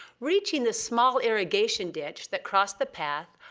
reaching the small irrigation ditch that crossed the path,